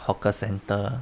hawker centre